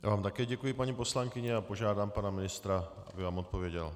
Já vám také děkuji, paní poslankyně, a požádám pana ministra, aby vám odpověděl.